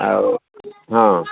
ଆଉ ହଁ